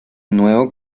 nuevo